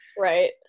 Right